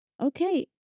okay